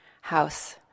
house